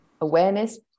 awareness